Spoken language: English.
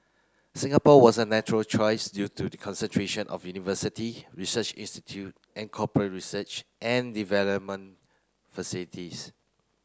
Singapore was a natural choice due to the concentration of university research institute and corporate research and development facilities